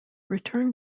return